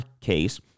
case